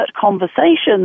conversations